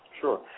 Sure